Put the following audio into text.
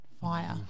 fire